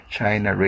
China